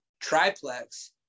triplex